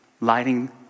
lighting